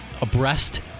abreast